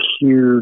huge